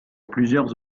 plusieurs